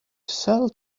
sell